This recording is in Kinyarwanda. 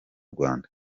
rwanda